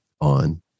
on